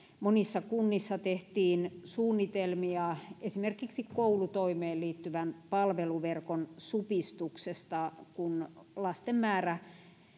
monissa kunnissa tehtiin suunnitelmia esimerkiksi koulutoimeen liittyvän palveluverkon supistuksesta kun lasten määrä